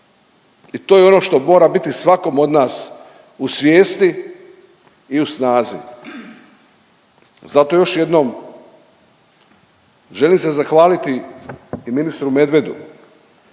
I to je ono što mora biti svakom od nas u svijesti i u snazi. Zato još jednom želim se zahvaliti i ministru Medvedu.